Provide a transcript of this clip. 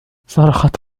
صرخت